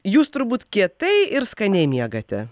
jūs turbūt kietai ir skaniai miegate